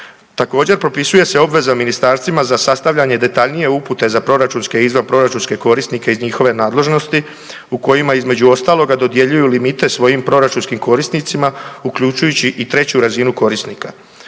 Također propisuje se obveza ministarstvima za sastavljanje detaljnije upute za proračunske i izvanproračunske korisnike iz njihove nadležnosti u kojima između ostaloga dodjeljuju limite svojim proračunskim korisnicima uključujući i treću razinu korisnika.